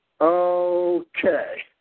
Okay